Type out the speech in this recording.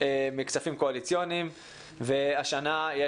מכספים קואליציוניים והשנה,